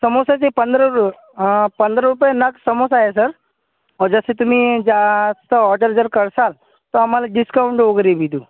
समोस्याचे पंधरा र पंधरा रुपये नग समोसा आहे सर जसं तुम्ही जास्त ऑर्डर जर करसाल तर आम्हाला डिस्काऊंट वगैरे बी देऊ